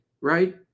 right